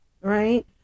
right